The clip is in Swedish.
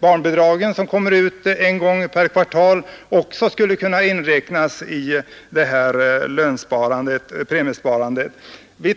barnbidragen, som utbetalas kvartalsvis, också skulle få inräknas i premiesparandet.